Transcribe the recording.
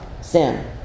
sin